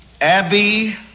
Abby